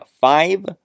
five